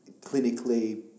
clinically